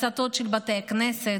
הצתות של בתי כנסת.